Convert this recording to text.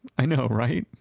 i know, right?